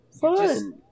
fun